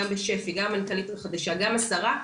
גם בשפ"י, גם המנכ"לית החדשה, גם השרה.